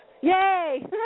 Yay